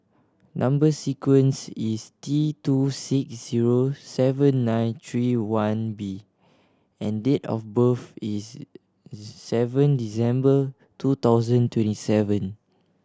number sequence is T two six zero seven nine three one B and date of birth is seven December two thousand twenty seven